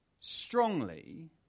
strongly